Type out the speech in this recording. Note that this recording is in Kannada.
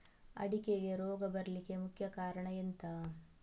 ಅಡಿಕೆಗೆ ರೋಗ ಬರ್ಲಿಕ್ಕೆ ಮುಖ್ಯ ಕಾರಣ ಎಂಥ?